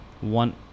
one